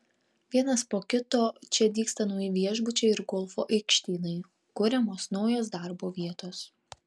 vienas po kito čia dygsta nauji viešbučiai ir golfo aikštynai kuriamos naujos darbo vietos